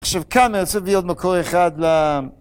עכשיו כמה, אני רוצה להביא עוד מקור אחד ל...